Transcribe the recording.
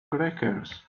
crackers